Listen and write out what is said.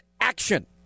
Action